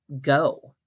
go